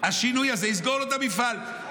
השינוי הזה יסגור את המפעל.